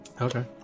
Okay